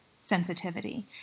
sensitivity